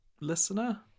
listener